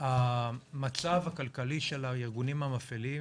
המצב הכלכלי של הארגונים המפעילים